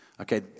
Okay